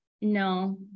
no